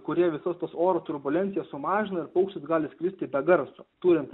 kurie visos tos oro turbulencijas sumažina ir paukštis gali skristi be garso turint